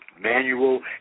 manual